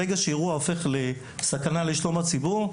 ברגע שהאירוע הופך לסכנה לשלום הציבור,